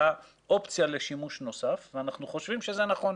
האופציה לשימוש נוסף ואנחנו חושבים שזה נכון.